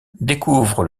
découvre